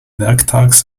werktags